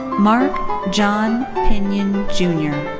mark john pinion junior.